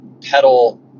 pedal